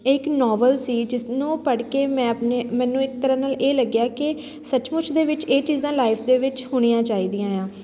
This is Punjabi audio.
ਇਹ ਇੱਕ ਨੋਵਲ ਸੀ ਜਿਸ ਨੂੰ ਪੜ੍ਹ ਕੇ ਮੈਂ ਆਪਣੇ ਮੈਨੂੰ ਇੱਕ ਤਰ੍ਹਾਂ ਨਾਲ ਇਹ ਲੱਗਿਆ ਕਿ ਸੱਚਮੁੱਚ ਦੇ ਵਿੱਚ ਇਹ ਚੀਜ਼ਾਂ ਲਾਈਫ ਦੇ ਵਿੱਚ ਹੋਣੀਆਂ ਚਾਹੀਦੀਆਂ ਆ